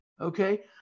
Okay